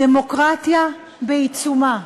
דמוקרטיה בעיצומה.